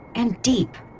and deep.